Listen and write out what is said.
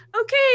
okay